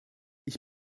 ich